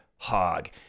Hog